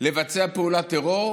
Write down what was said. לבצע פעולת טרור,